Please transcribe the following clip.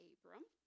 Abram